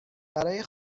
برای